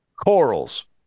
Corals